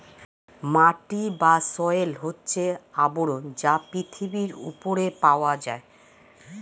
মাটি বা সয়েল হচ্ছে আবরণ যা পৃথিবীর উপরে পাওয়া যায়